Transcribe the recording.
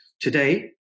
today